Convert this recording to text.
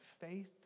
faith